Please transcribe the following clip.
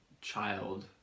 child